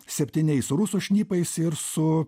septyniais rusų šnipais ir su